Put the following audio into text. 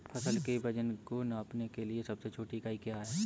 फसल के वजन को नापने के लिए सबसे छोटी इकाई क्या है?